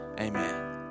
Amen